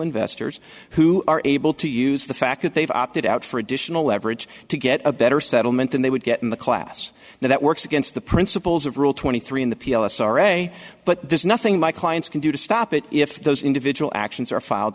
investors who are able to use the fact that they've opted out for additional leverage to get a better settlement than they would get in the class now that works against the principles of rule twenty three in the p l s are a but there's nothing in my client's can do to stop it if those individual actions are filed